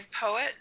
poet